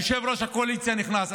יושב-ראש הקואליציה נכנס.